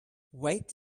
wait